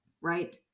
right